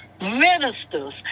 ministers